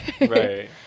Right